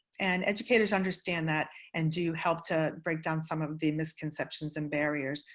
and educators understand that and do help to break down some of the misconceptions and barriers,